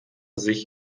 sich